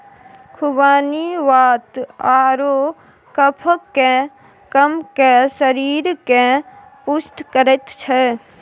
खुबानी वात आओर कफकेँ कम कए शरीरकेँ पुष्ट करैत छै